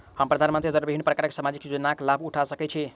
हम प्रधानमंत्री द्वारा विभिन्न प्रकारक सामाजिक योजनाक लाभ उठा सकै छी?